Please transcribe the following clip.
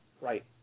Right